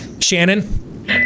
Shannon